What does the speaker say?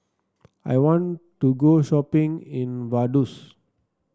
I want to go shopping in Vaduz